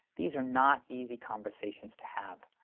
these are not easy conversations to have,